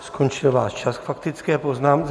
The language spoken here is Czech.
Skončil váš čas k faktické poznámce.